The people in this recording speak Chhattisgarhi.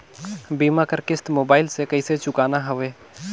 बीमा कर किस्त मोबाइल से कइसे चुकाना हवे